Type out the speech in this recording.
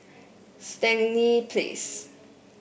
Stangee Place